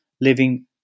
living